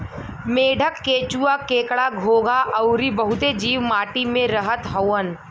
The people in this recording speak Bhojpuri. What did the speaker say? मेंढक, केंचुआ, केकड़ा, घोंघा अउरी बहुते जीव माटी में रहत हउवन